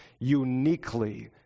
uniquely